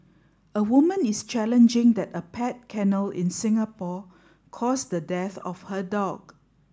a woman is challenging that a pet kennel in Singapore caused the death of her dog